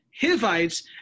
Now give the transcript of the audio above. Hivites